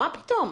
מה פתאום?